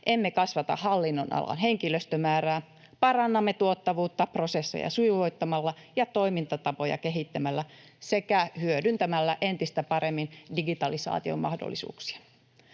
Emme kasvata hallinnon-alan henkilöstömäärää, parannamme tuottavuutta prosesseja sujuvoittamalla ja toimintatapoja kehittämällä sekä hyödyntämällä entistä paremmin digitalisaatiomahdollisuuksia.